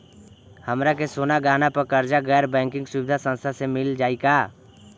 हमरा के सोना गहना पर कर्जा गैर बैंकिंग सुविधा संस्था से मिल जाई का?